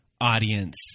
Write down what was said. audience